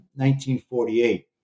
1948